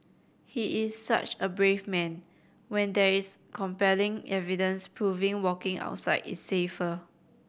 he is such a brave man when there is compelling evidence proving walking outside is safer